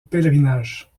pèlerinage